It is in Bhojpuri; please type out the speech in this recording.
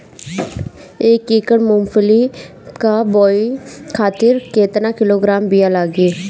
एक एकड़ मूंगफली क बोआई खातिर केतना किलोग्राम बीया लागी?